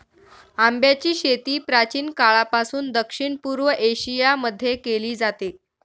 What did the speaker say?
आंब्याची शेती प्राचीन काळापासून दक्षिण पूर्व एशिया मध्ये केली जाते